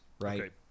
right